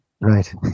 Right